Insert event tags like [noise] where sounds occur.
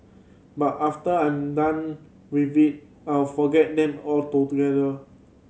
but after I'm done with it I'll forget them [unintelligible]